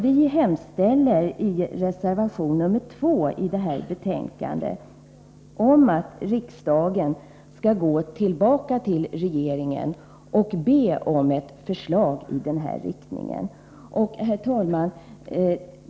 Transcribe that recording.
Vi hemställer i reservation nr 2 att riksdagen skall göra ett nytt tillkännagivande till regeringen och be om ett förslag i den riktning vi förordar.